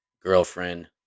girlfriend